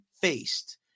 faced